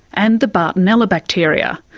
and the bartonella bacteria.